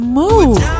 move